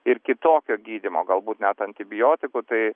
ir kitokio gydymo galbūt net antibiotikų tai